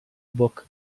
book